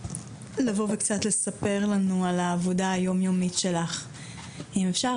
לבוא וככה קצת לספר לנו על העבודה היום יומית שלך אם אפשר,